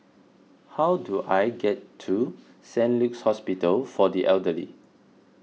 how do I get to Saint Luke's Hospital for the Elderly